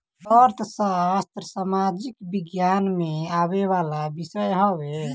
अर्थशास्त्र सामाजिक विज्ञान में आवेवाला विषय हवे